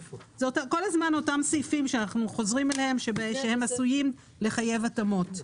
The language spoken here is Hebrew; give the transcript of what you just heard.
כל הזמן אלה אותם סעיפים אליהם אנחנו חוזרים שהם עשויים לחייב התאמות.